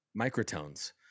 microtones